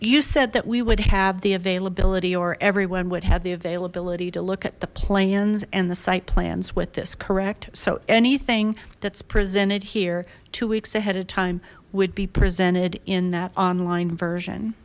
you said that we would have the availability or everyone would have the availability to look at the plans and the site plans with this correct so anything that's presented here two weeks ahead of time would be presented in that online version